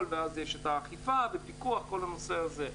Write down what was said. ואז יש את האכיפה והפיקוח וכל הנושא הזה.